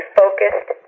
focused